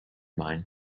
mind